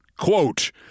Quote